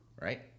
right